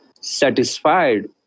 satisfied